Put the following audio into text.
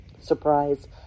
Surprise